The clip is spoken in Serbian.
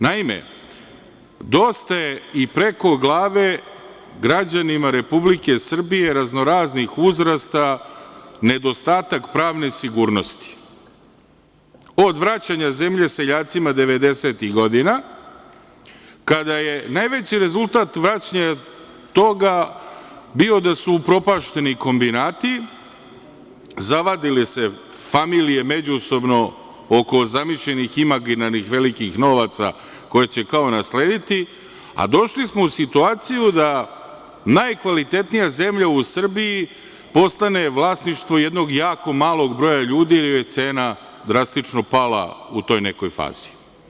Naime, dosta je i preko glave građanima Republike Srbije raznoraznih uzrasta, nedostatak pravne sigurnosti, od vraćanja zemlje seljacima 90-ih godina, kada je najveći rezultat vraćanja toga bio da su upropašćeni kombinati, zavadile se familije međusobno oko zamišljenih imaginarnih, velikih novaca, koje će kao naslediti, a došli smo u situaciju da najkvalitetnija zemlja u Srbiji postane vlasništvo jednog jako malog broja ljudi, jer je cena drastično pala u toj nekoj fazi.